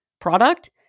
product